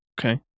Okay